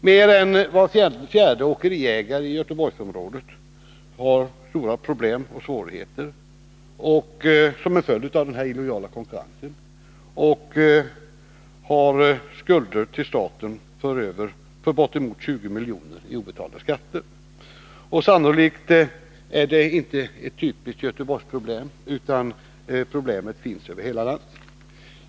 Mer än var fjärde åkeriägare i Göteborgsområdet har stora problem och svårigheter som en följd av den illojala konkurrensen, och de har skulder till staten på bortemot 20 milj.kr. i obetalda skatter. Sannolikt är inte detta ett typiskt Göteborgsproblem, utan problemet finns över hela landet.